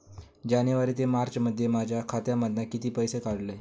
जानेवारी ते मार्चमध्ये माझ्या खात्यामधना किती पैसे काढलय?